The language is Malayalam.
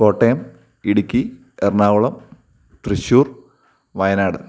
കോട്ടയം ഇടുക്കി എറണാകുളം തൃശ്ശൂർ വായനാട്